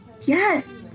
Yes